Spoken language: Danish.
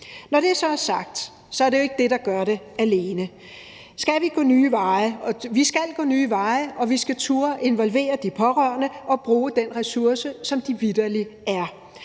Når det så er sagt, er det jo ikke det, der gør det alene. Vi skal gå nye veje, og vi skal turde involvere de pårørende og bruge den ressource, som de vitterlig er.